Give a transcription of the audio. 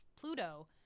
Pluto